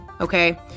Okay